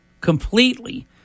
completely